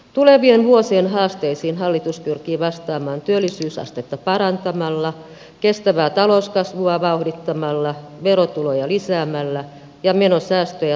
tulevien vuosien haasteisiin hallitus pyrkii vastaamaan työllisyysastetta parantamalla kestävää talouskasvua vauhdittamalla verotuloja lisäämällä ja menosäästöjä toteuttamalla